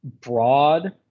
broad